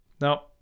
Now